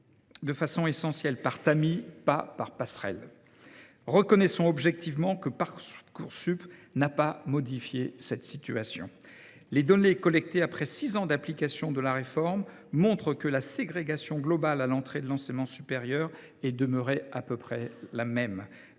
organisé essentiellement par tamis, pas par passerelles. » Reconnaissons objectivement que Parcoursup n’a pas modifié cette situation. Les données collectées après six ans d’application de la réforme montrent que la ségrégation globale à l’entrée de l’enseignement supérieur est demeurée la même.